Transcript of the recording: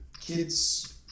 kids